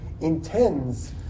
intends